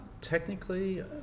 Technically